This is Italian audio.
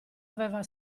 aveva